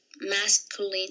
masculine